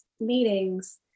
meetings